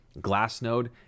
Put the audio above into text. Glassnode